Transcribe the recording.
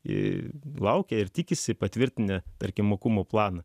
ir laukia ir tikisi patvirtinę tarkim mokumo planą